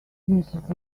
mrs